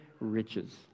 riches